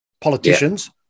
politicians –